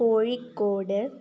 Kozhikode